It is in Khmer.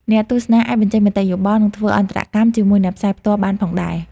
អ្នកទស្សនាអាចបញ្ចេញមតិយោបល់ និងធ្វើអន្តរកម្មជាមួយអ្នកផ្សាយផ្ទាល់ បានផងដែរ។